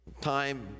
time